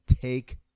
take